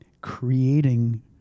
creating